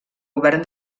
govern